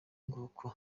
nguko